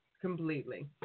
completely